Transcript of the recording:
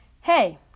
Hey